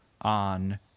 on